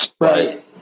right